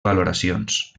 valoracions